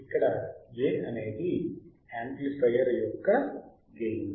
ఇక్కడ A అనేది amplifier యొక్క గెయిన్